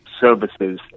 services